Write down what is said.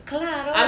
Claro